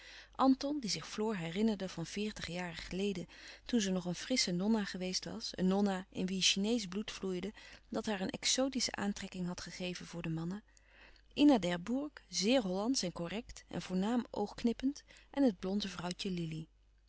anton die zich floor herinnerde van veertig jaren geleden toen ze nog een frissche nonna geweest was een nonna in wie chineesch bloed vloeide dat haar een exotische aantrekking had gegeven voor de mannen ina d'herbourg zeer hollandsch en correct en voornaam oog knippend en het blonde vrouwtje lili